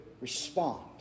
respond